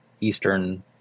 Eastern